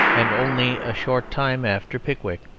and only a short time after pickwick.